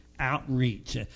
Outreach